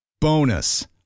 Bonus